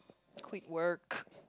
quick work